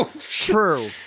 True